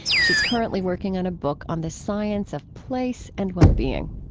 she is currently working on a book on the science of place and well-being